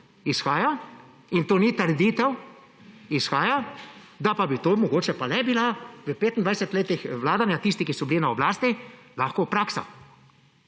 izhaja, in to ni trditev, izhaja, da pa bi mogoče pa to le bila v 25-ih letih vladanja tistih, ki so bili na oblasti, lahko praksa.